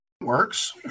Works